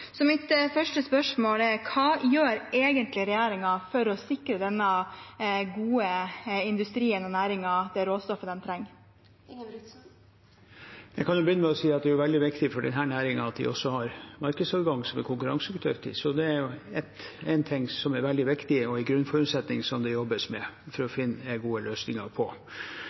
Så mitt første spørsmål er: Hva gjør egentlig regjeringen for å sikre denne gode industrien og næringen det råstoffet de trenger? Jeg kan begynne med å si at det er veldig viktig for denne næringen at de også har markedsadgang, så de er konkurransedyktige. Det er veldig viktig og en grunnforutsetning som det jobbes med for å finne gode løsninger.